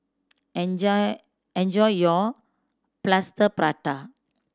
enjoy enjoy your Plaster Prata